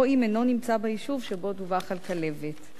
או אם אינו נמצא ביישוב שבו דווח על כלבת.